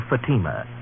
Fatima